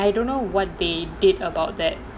how to say like I don't know what they did about that